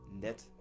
net